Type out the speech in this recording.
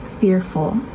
fearful